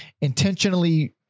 intentionally